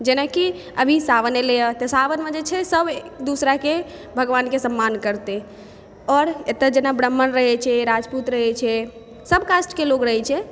जेनाकि अभी सावन अयलै तऽ सावनमे जे छै सभ एक दुसराके भगबानके सम्मान करतै आओर एतऽ जेना ब्राह्मण रहै छै राजपूत रहै छै सभ कास्टके लोग रहै छै